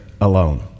alone